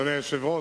אדוני היושב-ראש,